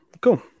Cool